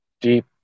deep